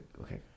Okay